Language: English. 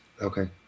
Okay